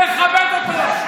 תכבד אותו.